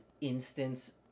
instance